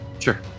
Sure